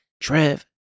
Trev